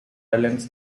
islands